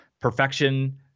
perfection